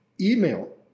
Email